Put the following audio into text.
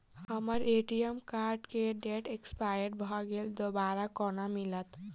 हम्मर ATM card केँ date expire भऽ गेल दोबारा कोना मिलत?